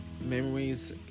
Memories